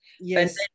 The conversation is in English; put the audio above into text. Yes